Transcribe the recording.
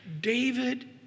David